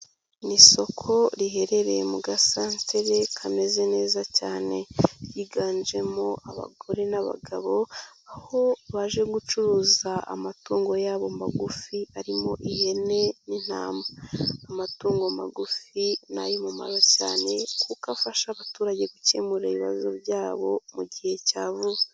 Ni isoko riherereye mu gasantere kameze neza cyane, higanjemo abagore n'abagabo aho baje gucuruza amatungo yabo magufi arimo ihene n'intama, amatungo magufi ni ay'umumaro cyane kuko afasha abaturage gukemura ibibazo byabo mu gihe cya vuba.